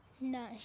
No